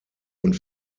und